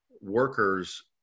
workers